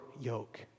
yoke